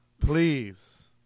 Please